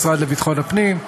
המשרד לביטחון הפנים,